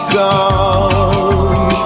gone